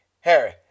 Harry